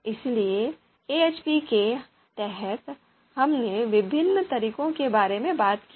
इसलिए AHP के तहत हमने विभिन्न तरीकों के बारे में बात की है